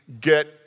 get